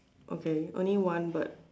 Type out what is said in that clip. okay only one bird